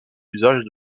fuselage